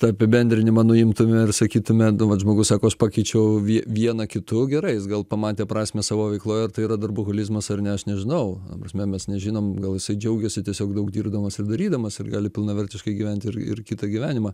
tą apibendrinimą nuimtume ir sakytume nu vat žmogus sako aš pakeičiau vie vieną kitu gerai jis gal pamatė prasmę savo veikloj ar tai yra darboholizmas ar ne aš nežinau prasme mes nežinom gal jisai džiaugiasi tiesiog daug dirbdamas ir darydamas ir gali pilnavertiškai gyventi ir ir kitą gyvenimą